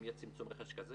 אם יהיה צמצום רכש כזה,